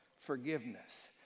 Forgiveness